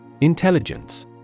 Intelligence